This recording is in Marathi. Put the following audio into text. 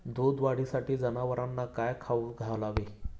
दूध वाढीसाठी जनावरांना काय खाऊ घालावे?